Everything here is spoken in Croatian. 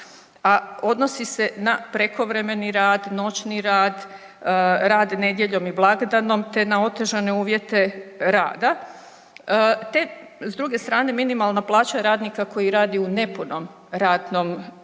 a odnosi se na prekovremeni rad, noćni rad, rad nedjeljom i blagdanom te na otežane uvjete rada te s druge strane minimalna plaća radnika koji radi u nepunom radnom vremenu